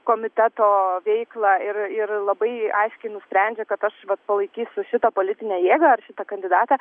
komiteto veiklą ir ir labai aiškiai nusprendžia kad aš vat palaikysiu šitą politinę jėgą ar šitą kandidatą